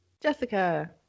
Jessica